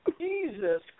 Jesus